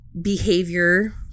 behavior